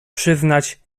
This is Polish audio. przyznać